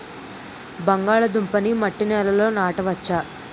బంగాళదుంప నీ మట్టి నేలల్లో నాట వచ్చా?